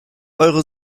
eure